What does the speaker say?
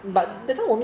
ya